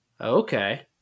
Okay